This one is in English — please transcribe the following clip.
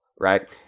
right